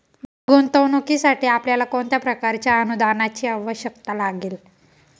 गुंतवणुकीसाठी आपल्याला कोणत्या प्रकारच्या अनुदानाची आवश्यकता लागेल?